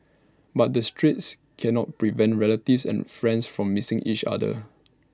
but the straits cannot prevent relatives and friends from missing each other